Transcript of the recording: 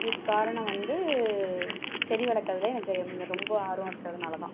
இதுக்கு காரணம் வந்து செடி வளர்க்கறதுல எனக்கு மிக ரொம்ப ஆர்வம் இருக்கிறதுனால தான்